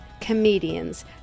comedians